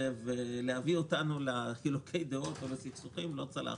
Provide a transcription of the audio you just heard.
ולהביא אותנו לחילוקי דעות ולסכסוכים לא צלח.